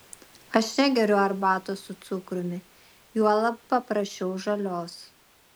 aš negeriu arbatos su cukrumi juolab paprašiau žalios